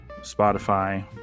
Spotify